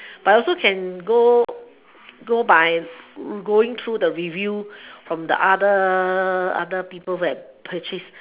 but also can go go by going to the reviews from the other other people that purchased